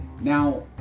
Now